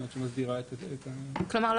שמגדירה את --- כלומר,